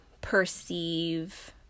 perceive